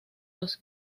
los